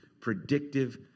predictive